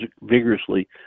vigorously